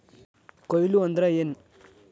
ಕೊಯ್ಲು ಅಂದ್ರ ಏನ್?